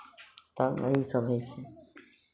तब वहीसभ होइ छै